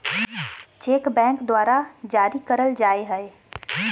cheque bank द्वारा जारी करल जाय हय